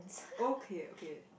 okay okay